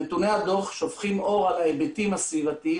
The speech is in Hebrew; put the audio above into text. נתוני הדוח שופכים אור על ההיבטים הסביבתיים